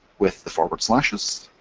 with the forward slashes,